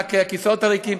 מהכיסאות הריקים,